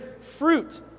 fruit